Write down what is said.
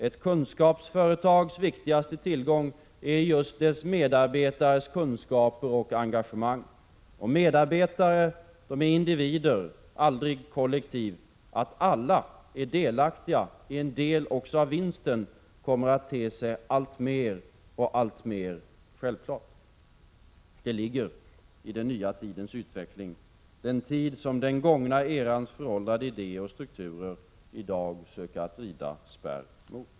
Ett kunskapsföretags viktigaste tillgång är just dess medarbetares kunskaper och engagemang — och medarbetare är individer, aldrig kollektiv. Att alla är delaktiga i en del av vinsten kommer att te sig allt mer och mer självklart. Det ligger i den nya tidens utveckling, den tid som den gångna erans föråldrade idéer och strukturer i dag söker att rida spärr mot.